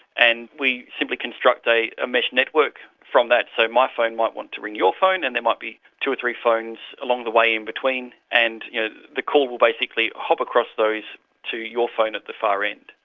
and we simply construct a mesh network from that. so my phone might want to ring your phone and there might be two or three phones along the way in between, and you know the call will basically hop across those to your phone at the far end.